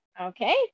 Okay